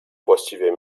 właściwie